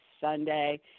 Sunday